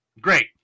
great